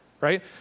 Right